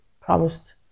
promised